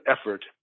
effort